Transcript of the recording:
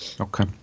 Okay